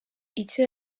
icyo